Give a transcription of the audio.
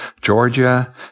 Georgia